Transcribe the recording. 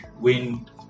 wind